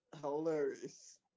hilarious